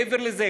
מעבר לזה,